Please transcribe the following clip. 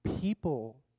people